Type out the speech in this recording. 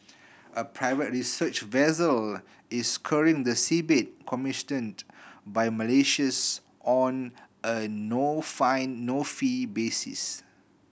a private research vessel is scouring the seabed commissioned by Malaysia's on a no find no fee basis